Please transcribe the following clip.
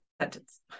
sentence